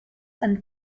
and